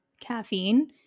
caffeine